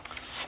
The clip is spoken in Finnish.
asia